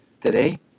today